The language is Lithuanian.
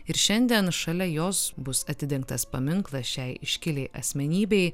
ir šiandien šalia jos bus atidengtas paminklas šiai iškiliai asmenybei